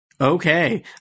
Okay